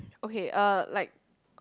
okay uh like